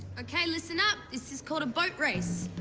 ok, listen up. this is called a boat race.